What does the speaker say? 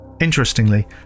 Interestingly